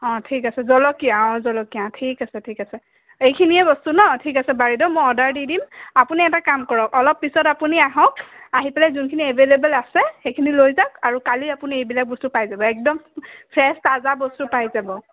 অঁ ঠিক আছে জলকীয়া অঁ জলকীয়া ঠিক ঠিক আছে এইখিনিয়েই বস্তু ন ঠিক আছে বাইদেউ মই অৰ্ডাৰ দি দিম আপুনি এটা কাম কৰক অলপ পিছত আপুনি আহক আহি পেলাই যোনখিনি এভেইলেব'ল আছে সেইখিনি লৈ যাওক আৰু কালি আপুনি এইবিলাক বস্তু পাই যাব একদম ফ্ৰেছ টাজা বস্তু পাই যাব